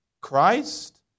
Christ